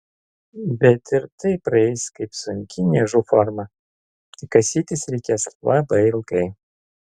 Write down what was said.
bet ir tai praeis kaip sunki niežų forma tik kasytis reikės labai ilgai